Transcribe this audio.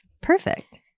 perfect